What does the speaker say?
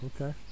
okay